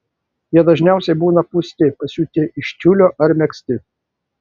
jie dažniausiai būna pūsti pasiūti iš tiulio ar megzti